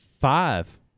five